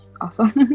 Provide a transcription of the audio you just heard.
awesome